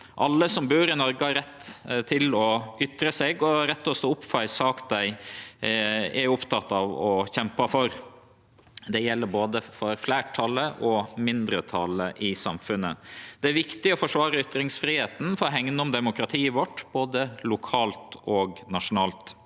Alle som bur i Noreg, har rett til å ytre seg og rett til å stå opp for ei sak dei er opptekne av å kjempe for. Det gjeld både for fleirtalet og for mindretalet i samfunnet. Det er viktig å forsvare ytringsfridomen for å hegne om demokratiet vårt både lokalt og nasjonalt.